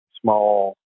small